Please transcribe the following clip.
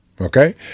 Okay